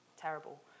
terrible